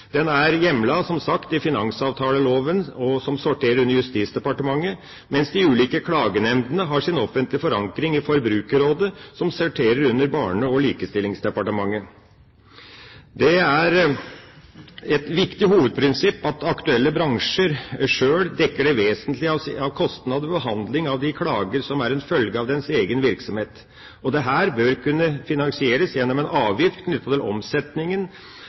Den er som sagt hjemlet i finansavtaleloven, som sorterer under Justisdepartementet, mens de ulike klagenemndene har sin offentlige forankring i Forbrukerrådet, som sorterer under Barne-, likestillings- og inkluderingsdepartementet. Det er et viktig hovedprinsipp at aktuelle bransjer sjøl dekker det vesentlige av kostnader ved behandling av de klager som er en følge av egen virksomhet. Dette bør kunne finansieres gjennom en avgift knyttet til omsetningen